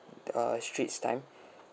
err straits times